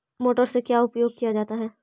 Motor से का उपयोग क्या जाता है?